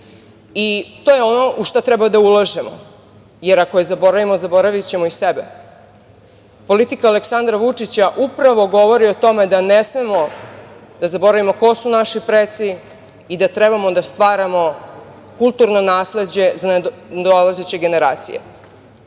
To je ono u šta treba da ulažemo, jer ako je zaboravimo, zaboravićemo i sebe. Politika Aleksandra Vučića upravo govori o tome da ne smemo da zaboravimo ko su naši preci i da trebamo da stvaramo kulturno nasleđe za nadolazeće generacije.Međutim,